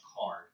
card